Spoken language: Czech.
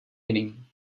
jiným